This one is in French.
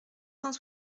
cent